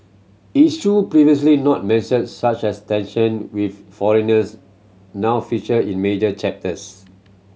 issue previously not mentioned such as tension with foreigners now feature in major chapters